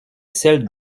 celle